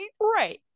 right